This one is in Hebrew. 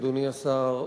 אדוני השר,